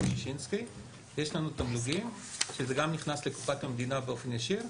לא ששינסקי; יש תמלוגים זה גם נכנס לקופת המדינה באופן ישיר,